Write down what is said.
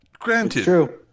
Granted